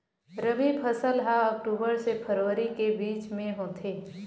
रबी फसल हा अक्टूबर से फ़रवरी के बिच में होथे